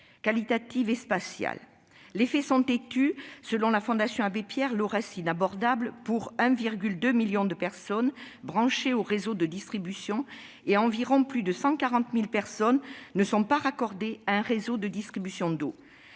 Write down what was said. qualitatives et spatiales. Les faits sont têtus : selon la Fondation Abbé-Pierre, l'eau reste inabordable pour 1,2 million de personnes branchées au réseau de distribution ; plus de 140 000 personnes environ ne sont pas raccordées à un réseau de distribution d'eau.